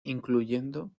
incluyendo